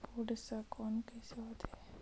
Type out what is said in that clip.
Code scan कइसे होथे?